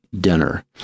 dinner